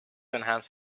enhance